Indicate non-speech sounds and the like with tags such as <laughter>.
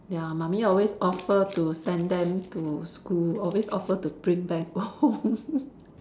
ya mummy always offer to send them to school always offer to bring back home <laughs>